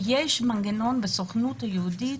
יש מנגנון בסוכנות היהודית,